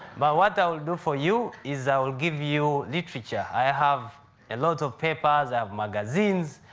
but what i will do for you is i will give you literature. i have a lot of papers. i have magazines.